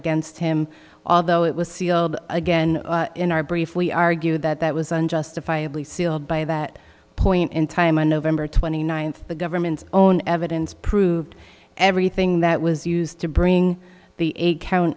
against him although it was sealed again in our brief we argue that that was unjustifiably sealed by that point in time on november twenty ninth the government's own evidence proved everything that was used to bring the